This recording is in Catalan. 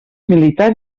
militar